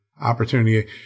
opportunity